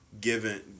Given